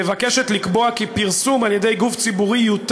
מבקשת לקבוע כי פרסום על-ידי גוף ציבורי יותר